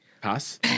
pass